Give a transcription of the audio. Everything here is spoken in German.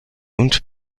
und